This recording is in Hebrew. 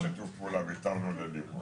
--- בגלל שיתוף הפעולה ויתרנו ללימור.